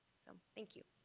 so thank you.